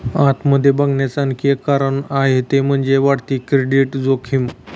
आत मध्ये बघण्याच आणखी एक कारण आहे ते म्हणजे, वाढती क्रेडिट जोखीम